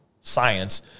science